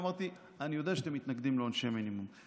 אמרתי: אני יודע שאתם מתנגדים לעונשי מינימום,